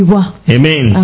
amen